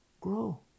grow